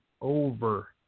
over